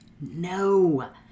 No